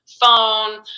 phone